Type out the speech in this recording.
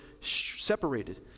separated